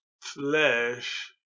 flesh